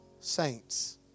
saints